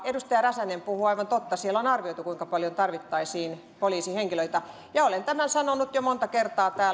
edustaja räsänen puhuu aivan totta siellä on arvioitu kuinka paljon tarvittaisiin poliisihenkilöitä ja olen tämän sanonut jo monta kertaa